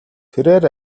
тэрээр